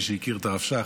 למי שהכיר את הרב שך,